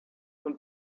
und